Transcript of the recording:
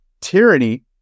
Tyranny